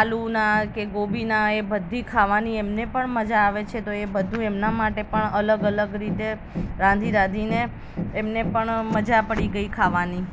આલુના કે ગોબીના એ બધી ખાવાની એમને પણ મજા આવે છે તો એ બધું એમના માટે પણ અલગ અલગ રીતે રાંધી રાંધીને ને એમને પણ મજા પડી ગઈ ખાવાની